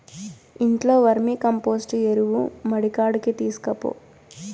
ఇంట్లో వర్మీకంపోస్టు ఎరువు మడికాడికి తీస్కపో